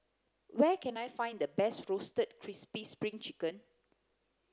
where can I find the best roasted crispy spring chicken